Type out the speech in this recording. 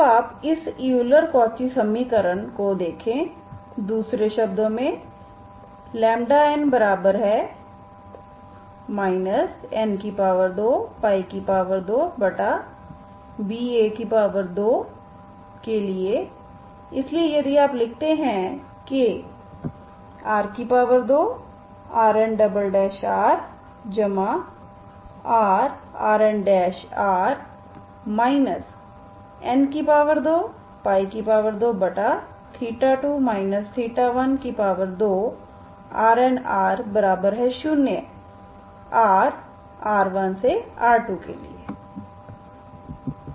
अब आप इस यूलर कॉची समीकरण को देखें दूसरे शब्दों में n n22ba2के लिए इसलिए यदि आप लिखते हैं कि r2RnrrRnr n222 12 Rnr0 r1rr2 के लिए